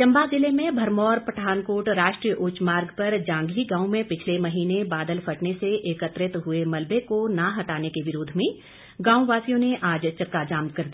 चंबा ज़िले में भरमौर पठानकोट राष्ट्रीय उच्च मार्ग पर जांधी गांव में पिछले महीने बादल फटने से एकत्रित हुए मलबे को न हटाने के विरोध में गांववासियों ने आज चक्का जाम कर दिया